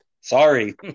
Sorry